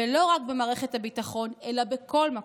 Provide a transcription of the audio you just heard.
ולא רק במערכת הביטחון אלא בכל מקום,